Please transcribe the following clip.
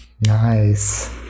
Nice